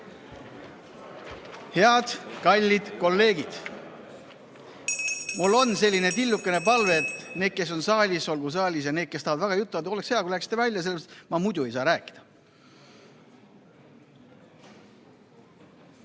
Head kallid kolleegid! Mul on selline tillukene palve, et need, kes on saalis, olgu saalis, ja need, kes tahavad väga juttu ajada, oleks hea, kui läheksid välja, sellepärast et ma muidu ei saa rääkida.